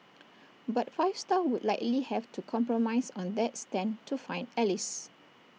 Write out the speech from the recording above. but five star would likely have to compromise on that stand to find allies